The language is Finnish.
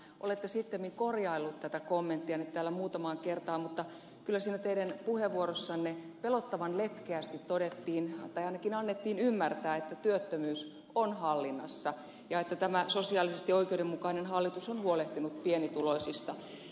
olette sittemmin korjaillut tätä kommenttianne täällä muutamaan kertaan mutta kyllä siinä teidän puheenvuorossanne pelottavan letkeästi todettiin tai ainakin annettiin ymmärtää että työttömyys on hallinnassa ja että tämä sosiaalisesti oikeudenmukainen hallitus on huolehtinut pienituloisista